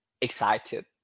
excited